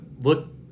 look